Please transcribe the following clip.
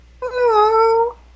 Hello